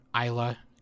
Isla